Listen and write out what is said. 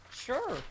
Sure